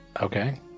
okay